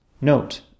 Note